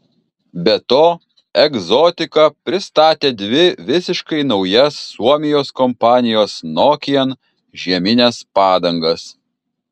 be to egzotika pristatė dvi visiškai naujas suomijos kompanijos nokian žiemines padangas